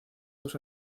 dos